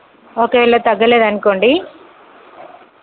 ఒకవేళ తగ్గలేదనుకోండి